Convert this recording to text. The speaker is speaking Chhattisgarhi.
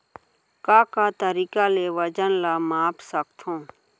का का तरीक़ा ले वजन ला माप सकथो?